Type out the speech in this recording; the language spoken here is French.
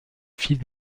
fils